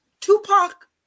Tupac